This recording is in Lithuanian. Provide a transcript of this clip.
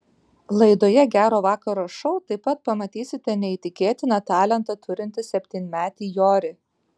laidoje gero vakaro šou taip pat pamatysite neįtikėtiną talentą turintį septynmetį jorį